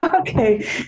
Okay